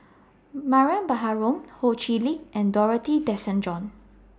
Mariam Baharom Ho Chee Lick and Dorothy Tessensohn